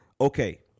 Okay